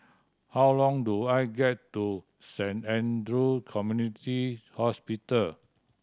how long do I get to Saint Andrew Community Hospital